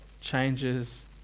changes